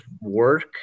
work